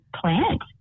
plant